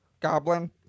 Goblin